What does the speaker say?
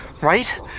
right